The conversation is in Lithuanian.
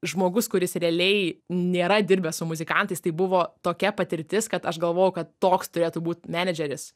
žmogus kuris realiai nėra dirbęs su muzikantais tai buvo tokia patirtis kad aš galvojau kad toks turėtų būt menedžeris